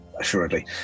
assuredly